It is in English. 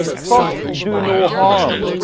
first do no harm.